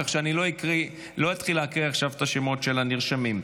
כך שאני לא אתחיל להקריא עכשיו את השמות של הנרשמים.